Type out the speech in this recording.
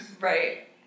right